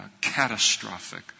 catastrophic